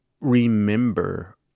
remember